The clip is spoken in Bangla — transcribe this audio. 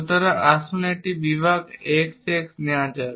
সুতরাং আসুন একটি বিভাগ x x নেওয়া যাক